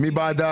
מי נגד?